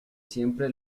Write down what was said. siempre